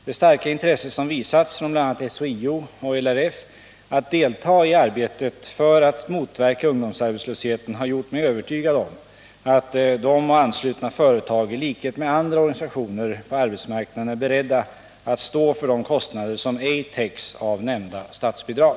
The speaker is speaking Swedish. Det starka intresse som visats från bl.a. SHIO och LRF för att deltaga i arbetet för att motverka ungdomsarbetslösheten har gjort mig övertygad om att de och anslutna företag i likhet med andra organisationer på arbetsmarknaden är beredda att stå för de kostnader som ej täcks av nämnda statsbidrag.